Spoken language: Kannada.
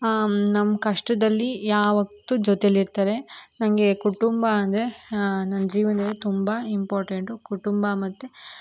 ನಮ್ಮ ಕಷ್ಟದಲ್ಲಿ ಯಾವತ್ತೂ ಜೊತೆಲಿ ಇರ್ತಾರೆ ನನಗೆ ಕುಟುಂಬ ಅಂದರೆ ನನ್ನ ಜೀವನದಲ್ಲಿ ತುಂಬ ಇಂಪಾರ್ಟೆಂಟು ಕುಟುಂಬ ಮತ್ತು